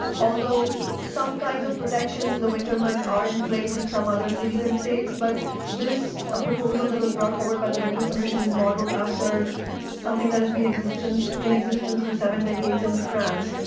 although some kinds of protections in the winter months are in place in some other cities and states, but this ah proposal that was brought forward by the renter's commission is modeled after something that has been in existence for seven decades in france,